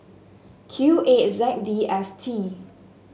Q eight Z D F T